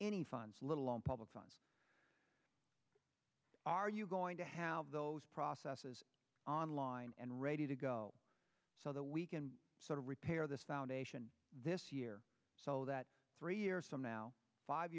any funds little on public funds are you going to have those processes on line and ready to go so that we can sort of repair the foundation this year so that three years from now five